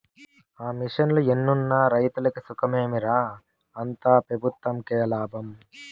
ఆ మిషన్లు ఎన్నున్న రైతులకి సుఖమేమి రా, అంతా పెబుత్వంకే లాభం